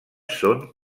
són